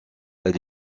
elle